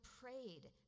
prayed